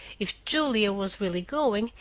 if julia was really going,